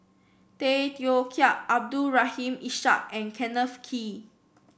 Tay Teow Kiat Abdul Rahim Ishak and Kenneth Kee